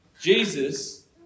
Jesus